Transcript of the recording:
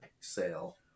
sale